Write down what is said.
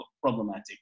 problematic